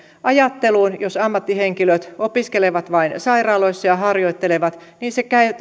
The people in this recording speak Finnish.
ajatteluun jos ammattihenkilöt opiskelevat ja harjoittelevat niin tarvitaan myös se